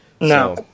No